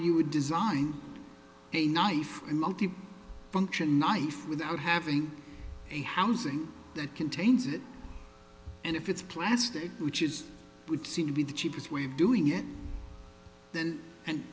you would design a knife in multi function ife without having a housing that contains it and if it's plastic which is would seem to be the cheapest we've doing it then and